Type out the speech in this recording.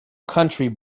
county